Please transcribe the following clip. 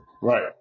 Right